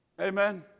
Amen